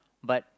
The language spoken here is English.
but